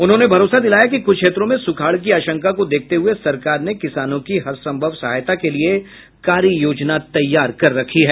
उन्होंने भरोसा दिलाया कि कुछ क्षेत्रों में सुखाड़ की आशंका को देखते हुए सरकार ने किसानों की हरसंभव सहायता के लिये कार्ययोजना तैयार की है